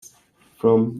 from